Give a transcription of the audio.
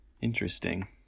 Interesting